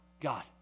God